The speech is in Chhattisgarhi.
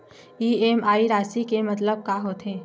इ.एम.आई राशि के मतलब का होथे?